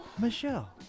Michelle